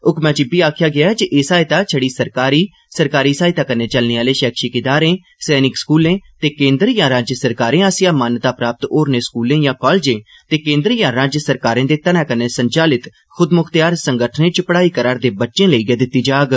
हुक्मै च इब्बी आक्खेआ गेआ ऐ जे ए सहायता छड़ी सरकारी सरकारी सहायता कन्नै चलने आले पैक्षिक इदारें सैनिक स्कूलें ते केन्द्र यां राज्य सरकारें आस्सेआ मान्यता प्राप्त होरने स्कूलें यां कालेजें ते केन्द्र यां राज्य सरकारें दे धनै कन्नै संचालित खुदमुख्तयार संगठनें च पढ़ाई करा रदे बच्चें लेई दिती जाग